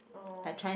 oh okay